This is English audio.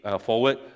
forward